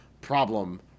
problem